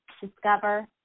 discover